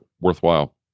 worthwhile